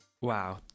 Wow